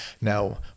Now